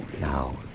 Now